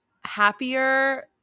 happier